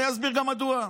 אני אסביר גם מדוע.